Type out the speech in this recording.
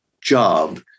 job